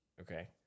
okay